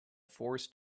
forced